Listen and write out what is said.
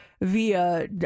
Via